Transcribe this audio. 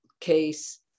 case